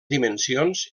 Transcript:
dimensions